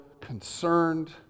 concerned